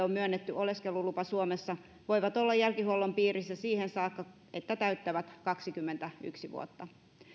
on myönnetty oleskelulupa suomessa voivat olla jälkihuollon piirissä siihen saakka että täyttävät kaksikymmentäyksi vuotta